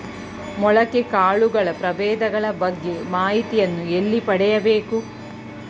ಮೊಳಕೆ ಕಾಳುಗಳ ಪ್ರಭೇದಗಳ ಬಗ್ಗೆ ಮಾಹಿತಿಯನ್ನು ಎಲ್ಲಿ ಪಡೆಯಬೇಕು?